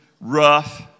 rough